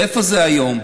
ואיפה זה היום?